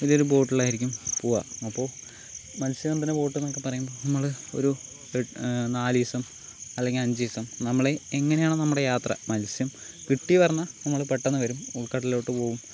വലിയൊരു ബോട്ടിലായിരിക്കും പോവുക അപ്പോൾ മത്സ്യബന്ധന ബോട്ടെന്നൊക്കെ പറയുമ്പോൾ നമ്മള് ഒരു നാലു ദിവസം അല്ലെങ്കിൽ അഞ്ചു ദിവസം നമ്മളീ ഇങ്ങനെയാണ് നമ്മുടെ യാത്ര മത്സ്യം കിട്ടി വരണ നമ്മള് പെട്ടന്ന് വരും ഉൽകടലിലോട്ട് പോകും